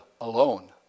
alone